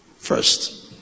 first